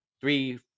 three